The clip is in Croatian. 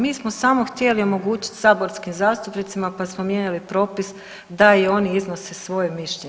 Mi smo samo htjeli omogućiti saborskim zastupnicima pa smo mijenjali propis da i oni iznose svoje mišljenje.